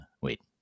wait